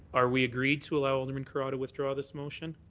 are we agreed to allow alderman carra to withdraw this motion?